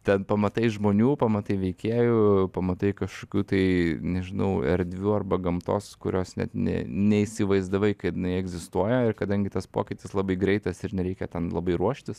ten pamatai žmonių pamatai veikėjų pamatai kažkokių tai nežinau erdvių arba gamtos kurios net nė neįsivaizdavai kad jinai egzistuoja ir kadangi tas pokytis labai greitas ir nereikia ten labai ruoštis